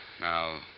Now